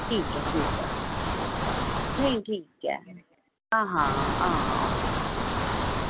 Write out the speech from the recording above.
ठीक ऐ ठीक ऐ नेईं ठीक ऐ हां हां